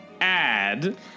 add